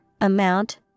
amount